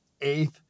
eighth